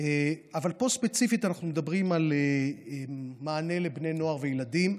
פה ספציפית אנחנו מדברים על מענה לבני נוער וילדים.